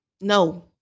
no